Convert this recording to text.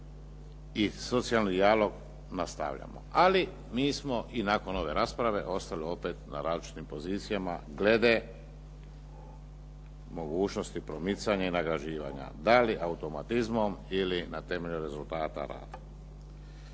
i socijalni jalov nastavljamo. Ali mi smo i nakon ove rasprave ostali opet na različitim pozicijama glede mogućnosti promicanja i nagrađivanja da li automatizmom ili na temelju rezultata rada.